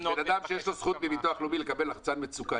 בן אדם שיש לו זכות מהביטוח הלאומי לקבל לחצן מצוקה,